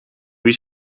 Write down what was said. wie